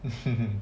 mm